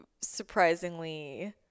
surprisingly